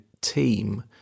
team